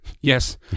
Yes